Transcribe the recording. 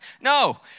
no